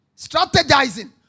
strategizing